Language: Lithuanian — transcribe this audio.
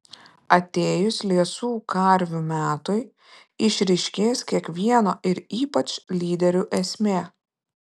atėjus liesų karvių metui išryškės kiekvieno ir ypač lyderių esmė